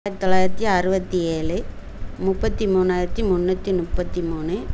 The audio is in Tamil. ஆயிரத்தி தொள்ளாயிரத்தி அறுபத்தி ஏழு முப்பத்தி மூணாயிரத்தி முன்னூற்றி முப்பத்தி மூணு